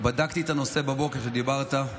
בדקתי את הנושא שדיברת עליו הבוקר.